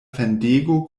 fendego